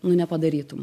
nu nepadarytum